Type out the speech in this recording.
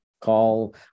call